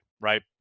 right